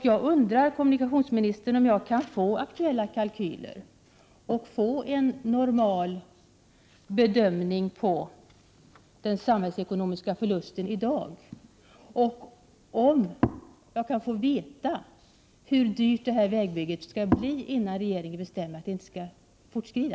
Jag undrar, kommunikationsministern, om jag kan få aktuella kalkyler och en normal bedömning av den samhällsekonomiska förlusten i dag, och om jag kan få veta hur dyrt det här vägbygget skall bli innan regeringen bestämmer att det inte skall fortskrida.